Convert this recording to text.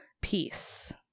peace